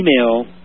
email